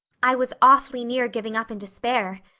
i was awfully near giving up in despair,